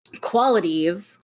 qualities